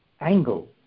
angle